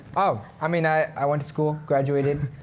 oh. i mean, i i went to school, graduated.